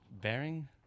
bearing